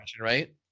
right